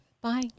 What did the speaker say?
bye